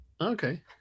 okay